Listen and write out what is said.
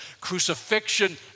Crucifixion